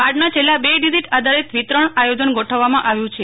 કાર્ડના છેલ્લા બ ડીઝીટ આધારિત વિતરણ આયોજન ગોઠવવામાં આવ્યું છે